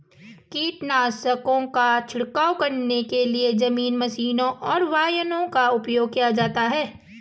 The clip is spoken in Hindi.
कीटनाशकों का छिड़काव करने के लिए जमीनी मशीनों और वायुयानों का उपयोग किया जाता है